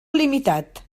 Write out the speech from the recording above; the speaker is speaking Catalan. limitat